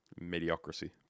mediocrity